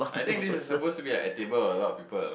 I think this is supposed to be like a table with a lot of people